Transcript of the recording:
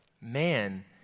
Man